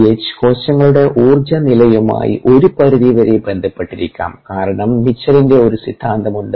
H കോശങ്ങളുടെ ഊർജ്ജ നിലയുമായി ഒരു പരിധിവരെ ബന്ധപ്പെട്ടിരിക്കാം കാരണം മിച്ചലിന്റെ ഒരു സിദ്ധാന്തം ഉണ്ട്